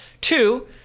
Two